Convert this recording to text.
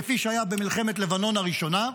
כפי שהיה במלחמת לבנון הראשונה.